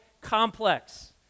complex